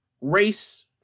race